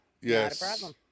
Yes